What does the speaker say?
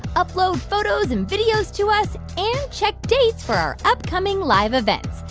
upload photos and videos to us and check dates for our upcoming live events.